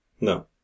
No